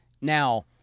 Now